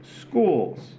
schools